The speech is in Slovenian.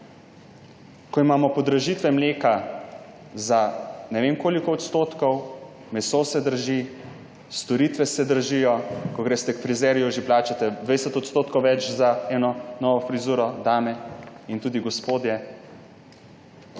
ko imamo podražitve mleka za ne vem koliko odstotkov, meso se draži, storitve se dražijo, ko greste k frizerju, plačate že 20 % več za eno novo frizuro dame in tudi gospodje.